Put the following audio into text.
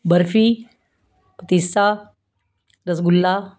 barfi patisa rasgulla